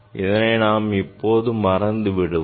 அதனை நாம் இப்போது மறந்து விடுவோம்